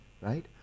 right